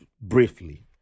briefly